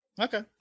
Okay